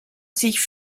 sich